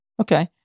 Okay